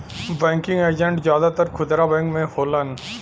banking agent जादातर खुदरा bank में होलन